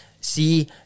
See